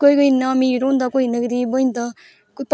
कोई कोई इन्ना अमीर होंदा कोई इन्ना गरीब होई जंदा